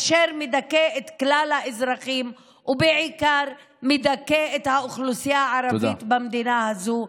אשר מדכא את כלל האזרחים ובעיקר מדכא את האוכלוסייה הערבית במדינה הזו,